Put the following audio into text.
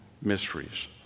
mysteries